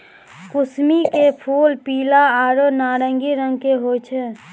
कुसमी के फूल पीला आरो नारंगी रंग के होय छै